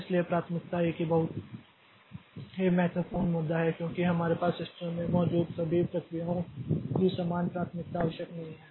इसलिए प्राथमिकता एक बहुत ही महत्वपूर्ण मुद्दा है क्योंकि हमारे पास सिस्टम में मौजूद सभी प्रक्रियाओं की समान प्राथमिकता आवश्यक नहीं है